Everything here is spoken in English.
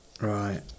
right